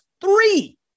three